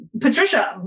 Patricia